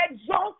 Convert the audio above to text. exalt